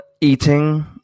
eating